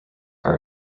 are